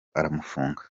aramufunga